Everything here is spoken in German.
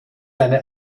eine